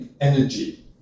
energy